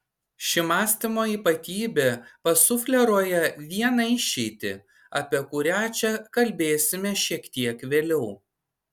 ši mąstymo ypatybė pasufleruoja vieną išeitį apie kurią čia kalbėsime šiek tiek vėliau